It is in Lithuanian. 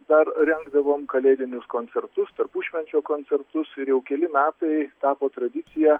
dar rengdavom kalėdinius koncertus tarpušvenčio koncertus ir jau keli metai tapo tradicija